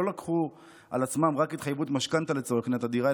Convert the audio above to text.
לא לקחו על עצמם רק התחייבות משכנתה לצורך קניית הדירה,